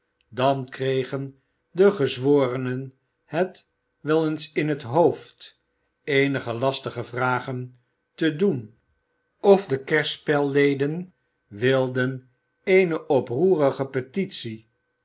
dan kregen de gezworenen het wel eens in het hoofd eenige lastige vragen te doen of de kerspelleden wilden eene oproerige petitie